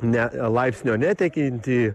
ne laipsnio neteikiantį